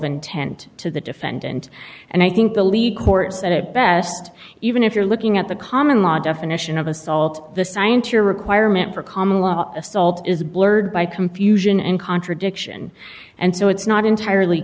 intent to the defendant and i think the lead court said it best even if you're looking at the common law definition of assault the science your requirement for common law assault is blurred by confusion and contradiction and so it's not entirely